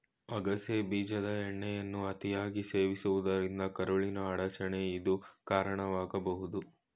ಅಗಸೆ ಬೀಜದ ಎಣ್ಣೆಯನ್ನು ಅತಿಯಾಗಿ ಸೇವಿಸುವುದರಿಂದ ಕರುಳಿನ ಅಡಚಣೆಗೆ ಇದು ಕಾರಣವಾಗ್ಬೋದು